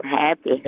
happy